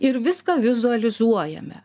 ir viską vizualizuojame